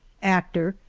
actor,